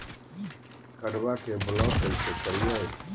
कार्डबा के ब्लॉक कैसे करिए?